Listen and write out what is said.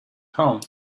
home